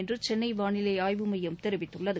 என்றுசென்னைவானிலைஆய்வு மையம் தெரிவித்துள்ளது